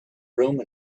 room